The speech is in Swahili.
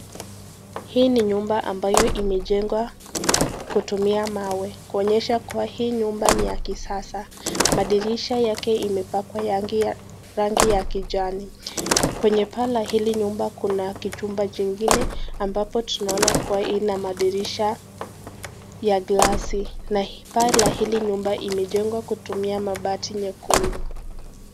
Hii ni nyumba ambayo imejengwa kutumia mawe, kuonyesha kuwa hii nyumba ni ya kisasa, madirisha yake imepakwa rangi ya kijani. Kwenye paa la hili nyumba kuna kijumba jingine ambapo tunaona kuwa ina madirisha ya glasi na paa la hili nyumba imejengwa kutumia mabati mekundu.